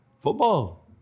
football